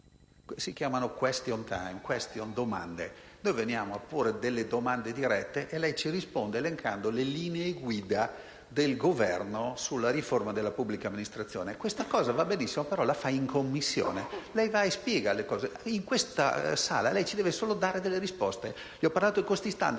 Si chiama *question time*: *question*, domande. Noi veniamo a porre domande dirette e lei ci risponde elencando le linee guida del Governo sulla riforma della pubblica amministrazione. Questa cosa va benissimo, ma la deve fare in Commissione: va lì e spiega. In questa sede lei ci deve solo dare delle risposte. Ho parlato di costi *standard*